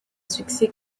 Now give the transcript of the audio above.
succès